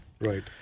Right